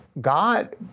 God